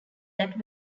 that